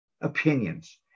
opinions